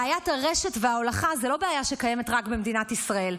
בעיית הרשת וההולכה זו לא בעיה שקיימת רק במדינת ישראל,